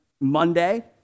Monday